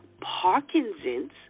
Parkinson's